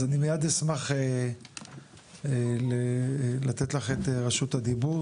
אז אני מייד אשמח לתת לך את רשות הדיבור,